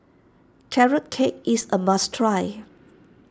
Carrot Cake is a must try